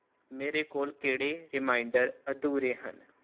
ਮੇਰੇ ਕੋਲ ਕਿਹੜੇ ਰੀਮਾਈਂਡਰ ਅਧੂਰੇ ਹਨ